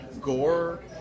gore